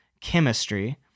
chemistry